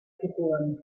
geboren